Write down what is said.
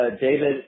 David